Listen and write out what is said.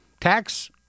Tax